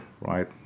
right